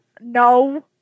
no